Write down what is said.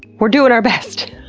we're doing our best!